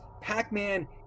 pac-man